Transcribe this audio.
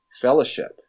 fellowship